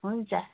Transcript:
हुन्छ